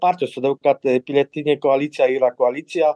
partija su daug kad pilietinė koalicija yra koalicija